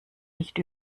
nicht